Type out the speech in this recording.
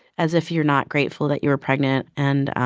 as if you're not grateful that you were pregnant. and